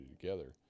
together